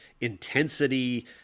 intensity